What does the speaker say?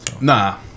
Nah